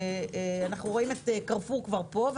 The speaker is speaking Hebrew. אנחנו רואים את "קרפור" כבר פה,